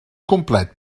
complet